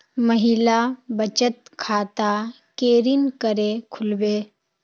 महिला बचत खाता केरीन करें खुलबे